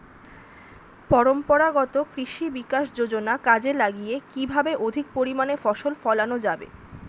পরম্পরাগত কৃষি বিকাশ যোজনা কাজে লাগিয়ে কিভাবে অধিক পরিমাণে ফসল ফলানো যাবে?